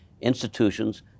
institutions